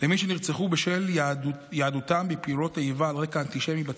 למי שנרצחו בשל יהדותם בפעולות איבה על רקע אנטישמי בתפוצות.